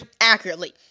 accurately